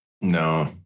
no